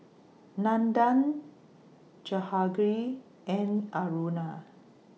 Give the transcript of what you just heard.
Nandan Jahangir and Aruna